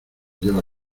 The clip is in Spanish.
lleva